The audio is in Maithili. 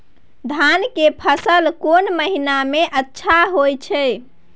धान के फसल कोन महिना में अच्छा होय छै?